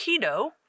Keto